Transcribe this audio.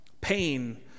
pain